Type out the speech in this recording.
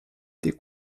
été